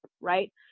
Right